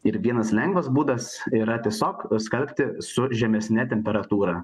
ir vienas lengvas būdas yra tiesiog skalbti su žemesne temperatūra